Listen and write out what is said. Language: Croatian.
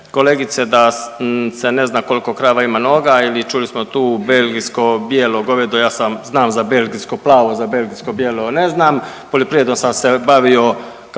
kolegice da se ne zna koliko krava ima noga ili čuli smo tu belgijsko bijelo govedo, ja znam za belgijsko plavo za belgijsko bijelo ne znam, poljoprivredom sam se bavio